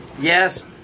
yes